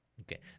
Okay